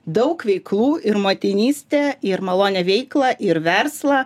daug veiklų ir motinystę ir malonią veiklą ir verslą